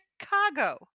Chicago